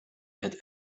had